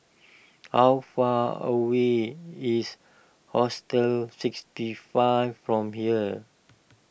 how far away is Hostel sixty five from here